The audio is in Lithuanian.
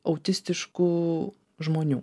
autistiškų žmonių